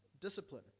discipline